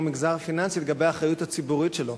מגזר פיננסי לגבי האחריות הציבורית שלו.